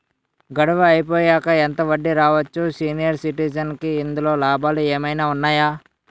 గడువు అయిపోయాక ఎంత వడ్డీ రావచ్చు? సీనియర్ సిటిజెన్ కి ఇందులో లాభాలు ఏమైనా ఉన్నాయా?